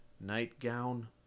nightgown